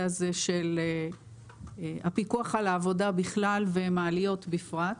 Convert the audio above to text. הזה של הפיקוח על העבודה בכלל ומעליות בפרט.